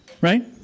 Right